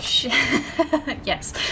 Yes